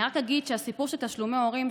אני רק אגיד שהסיפור של תשלומי ההורים,